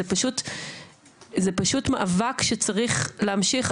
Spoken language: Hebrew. זה פשוט מאבק שצריך להמשיך,